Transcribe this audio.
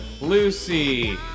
Lucy